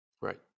Right